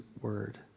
Word